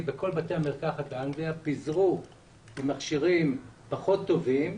בכל בתי המרקחת באנגליה פיזרו מכשירים פחות טובים,